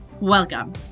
Welcome